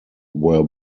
were